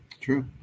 True